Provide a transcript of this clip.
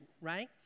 right